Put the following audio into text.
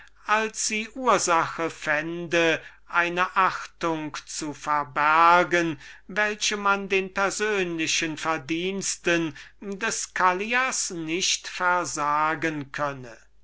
als sie ursache hätte eine achtung zu verbergen welche man den persönlichen verdiensten des callias nicht versagen könne